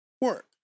work